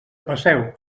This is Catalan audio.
passeu